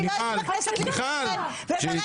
לא הייתי בכנסת לפני כן, וברגע